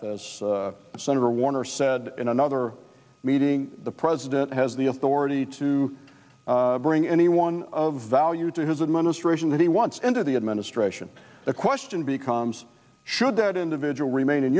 staff senator warner said in another meeting the president has the authority to bring anyone of value to his administration that he wants into the administration the question becomes should that individual remain in